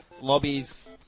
Lobbies